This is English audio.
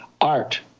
art